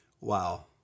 Wow